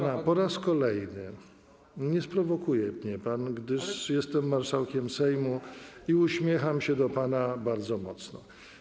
Proszę pana, po raz kolejny nie sprowokuje mnie pan, gdyż jestem marszałkiem Sejmu i uśmiecham się do pana bardzo mocno.